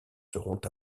seront